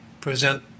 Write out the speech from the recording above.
present